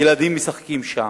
ילדים משחקים שם.